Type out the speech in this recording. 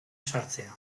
sartzea